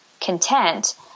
content